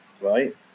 right